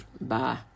bye